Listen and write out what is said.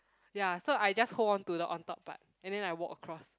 ya so I just hold on to the on top part and then I walk across